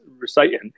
reciting